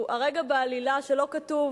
הרגע בעלילה שלא כתוב